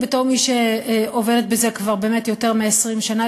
בתור מי שעובדת בזה כבר יותר מ-20 שנה,